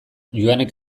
joanek